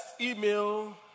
email